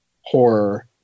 horror